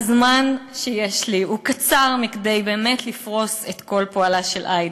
הזמן שיש לי קצר מכדי לפרוס באמת את כל פועלה של עאידה.